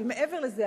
אבל מעבר לזה,